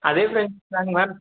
அதே ஃப்ரெண்ட்ஸ் தாங்க மேம்